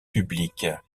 publique